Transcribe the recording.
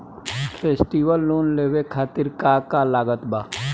Festival loan लेवे खातिर का का लागत बा?